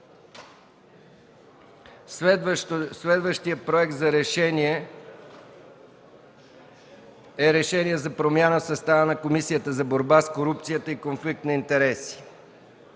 Следващият проект за решение е за промяна в състава на Комисията за борба с корупцията и конфликт на интереси.